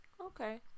okay